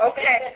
Okay